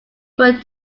would